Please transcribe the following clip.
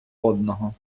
одного